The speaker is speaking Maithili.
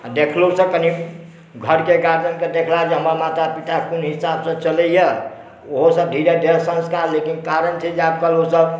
आ देखलो सँ कनि घरके गार्जियनके देखला जे हमर माता पिता कोन हिसाबसे चलैया ओहो सभ धीरे धीरे समझता लेकिन कारण छै जे आब करु सभ